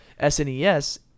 SNES